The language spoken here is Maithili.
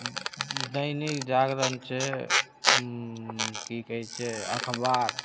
दैनिक जागरण छै की कहैत छै अखबार